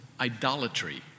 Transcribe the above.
idolatry